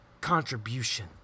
contribution